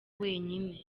wenyine